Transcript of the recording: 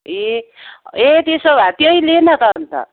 ए ए त्यसो भए त्यही ले न त अन्त